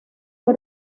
fue